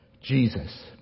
Jesus